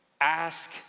ask